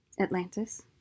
Atlantis